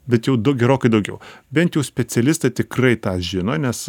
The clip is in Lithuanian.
bet jau du gerokai daugiau bent jau specialistai tikrai tą žino nes